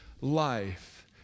life